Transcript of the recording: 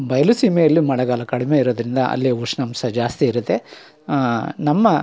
ಬಯಲುಸೀಮೆಯಲ್ಲಿ ಮಳೆಗಾಲ ಕಡಿಮೆ ಇರೋದ್ರಿಂದ ಅಲ್ಲಿ ಉಷ್ಣಾಂಶ ಜಾಸ್ತಿಯಿರುತ್ತೆ ನಮ್ಮ